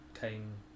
came